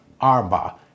Arba